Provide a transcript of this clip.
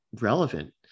relevant